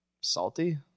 Salty